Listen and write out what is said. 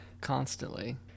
constantly